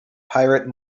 pirate